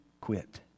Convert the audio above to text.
quit